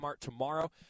tomorrow